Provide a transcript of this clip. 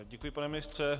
Děkuji, pane ministře.